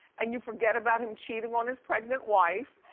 and you forget about him cheating on his pregnant wife,